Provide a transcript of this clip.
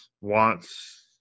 wants